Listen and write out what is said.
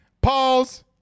Pause